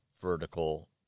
vertical